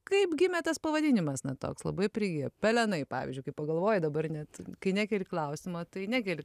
kaip gimė tas pavadinimas na toks labai prigijo pelenai pavyzdžiui kai pagalvoji dabar net kai nekeli klausimo tai nekeli